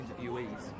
interviewees